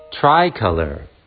Tricolor